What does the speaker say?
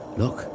look